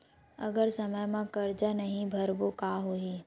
अगर समय मा कर्जा नहीं भरबों का होई?